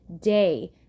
day